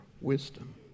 wisdom